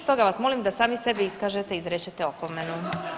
Stoga vas molim da sami sebi iskažete, izrečete opomenu.